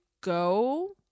go